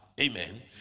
Amen